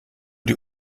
die